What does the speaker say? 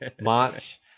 March